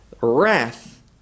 wrath